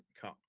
cut